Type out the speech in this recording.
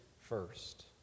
first